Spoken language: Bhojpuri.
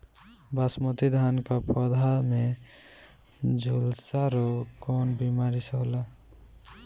बासमती धान क पौधा में झुलसा रोग कौन बिमारी से होला?